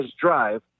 drive